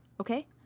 okay